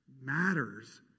matters